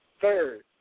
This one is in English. Third